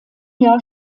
jahr